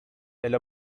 elle